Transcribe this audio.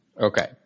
Okay